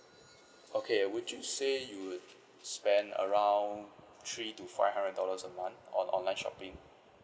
okay would you say you spend around three to five hundred dollars a month on online shopping